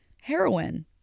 Heroin